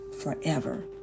forever